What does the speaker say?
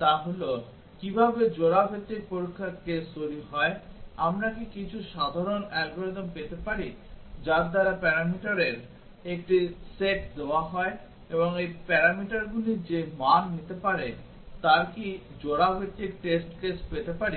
তা হল কিভাবে জোড়া ভিত্তিক পরীক্ষার কেস তৈরি হয় আমরা কি কিছু সাধারণ অ্যালগরিদম পেতে পারি যার দ্বারা প্যারামিটারের একটি সেট দেওয়া হয় এবং এই প্যারামিটারগুলি যে মান নিতে পারে আমরা কি জোড়া ভিত্তিক টেস্ট কেস পেতে পারি